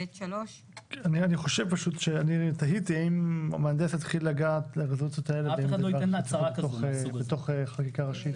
אני תהיתי אם המהנדס התחיל לגעת ברזולוציות האלה בתוך חקיקה ראשית.